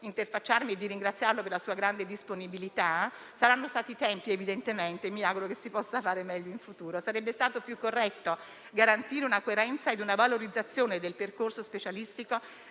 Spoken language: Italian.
interfacciarmi e che ho ringraziato per la sua grande disponibilità: saranno stati i tempi, evidentemente, e mi auguro che si possa fare meglio in futuro. Sarebbe stato più corretto garantire una coerenza ed una valorizzazione del percorso specialistico